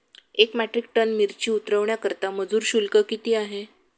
एक metric ton मिरची उतरवण्याकरता मजूर शुल्क किती आहे?